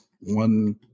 one